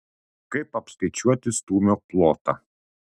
kaip apskaičiuoti stūmio plotą